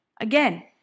Again